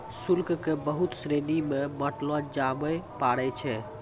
शुल्क क बहुत श्रेणी म बांटलो जाबअ पारै छै